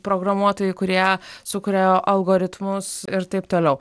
programuotojai kurie sukuria algoritmus ir taip toliau